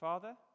Father